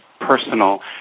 personal